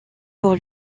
pour